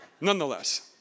Nonetheless